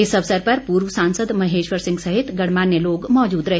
इस अवसर पर पूर्व सांसद महेश्वर सिंह सहित गणमान्य लोग मौजूद रहे